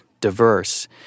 diverse